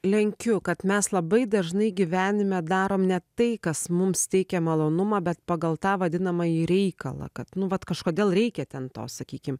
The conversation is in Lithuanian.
lenkiu kad mes labai dažnai gyvenime darom ne tai kas mums teikia malonumą bet pagal tą vadinamąjį reikalą kad nu vat kažkodėl reikia ten to sakykim